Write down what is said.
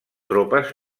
tropes